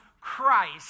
Christ